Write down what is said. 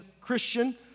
Christian